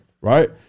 Right